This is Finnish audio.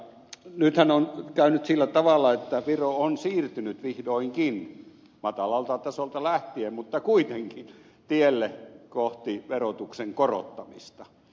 nythän on käynyt sillä tavalla että viro on siirtynyt vihdoinkin matalalta tasolta lähtien mutta kuitenkin tielle kohti verotuksen korottamista